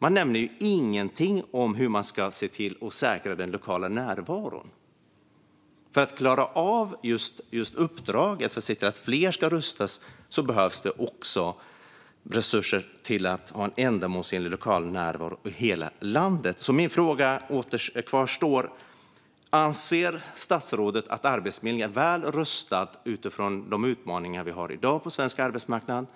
Det nämns ingenting om hur man ska säkra den lokala närvaron. För att man ska klara av uppdraget och se till att fler rustas behövs det resurser till en ändamålsenlig lokal närvaro över hela landet. Min fråga kvarstår: Anser statsrådet att Arbetsförmedlingen är väl rustad utifrån de utmaningar vi har i dag på svensk arbetsmarknad?